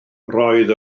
roedd